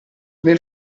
nel